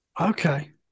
Okay